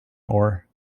ore